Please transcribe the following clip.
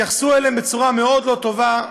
התייחסו אליהם בצורה מאוד לא טובה,